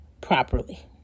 properly